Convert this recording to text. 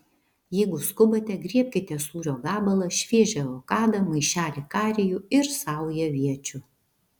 jeigu skubate griebkite sūrio gabalą šviežią avokadą maišelį karijų ir saują aviečių